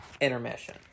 intermission